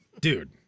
Dude